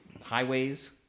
highways